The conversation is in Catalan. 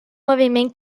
moviment